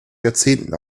jahrzehnten